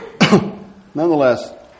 Nonetheless